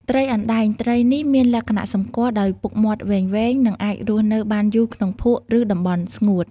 ត្រីអណ្ដែង ត្រីនេះមានលក្ខណៈសម្គាល់ដោយពុកមាត់វែងៗ និងអាចរស់នៅបានយូរក្នុងភក់ ឬតំបន់ស្ងួត។